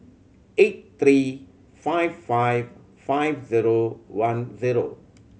eight three five five five zero one zero